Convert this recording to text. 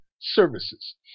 Services